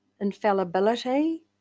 infallibility